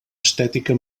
estètica